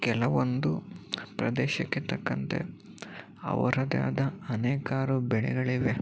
ಕೆಲವೊಂದು ಪ್ರದೇಶಕ್ಕೆ ತಕ್ಕಂತೆ ಅದರದ್ದೇ ಆದ ಅನೇಕಾರು ಬೆಳೆಗಳಿವೆ